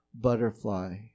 butterfly